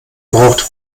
braucht